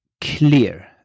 clear